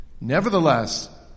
Nevertheless